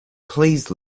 please